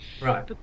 Right